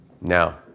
Now